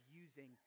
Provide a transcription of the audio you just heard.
using